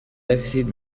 dèficit